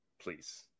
please